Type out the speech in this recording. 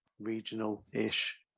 regional-ish